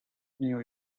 new